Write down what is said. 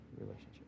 relationship